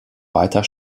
weiter